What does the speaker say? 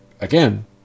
again